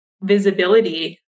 visibility